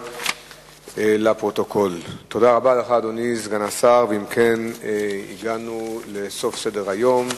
שנכנס תוקף ב-1 בינואר 2007. רצוני לשאול: